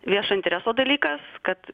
viešo intereso dalykas kad